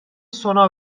سونا